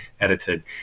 edited